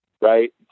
right